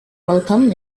welcomed